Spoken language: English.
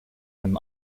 them